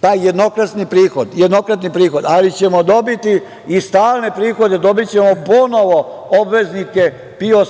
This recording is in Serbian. To je jednokratni prihod, ali ćemo dobiti i stalne prihode. Dobićemo ponovo obveznike PIO